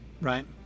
right